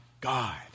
God